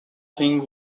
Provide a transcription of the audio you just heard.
thing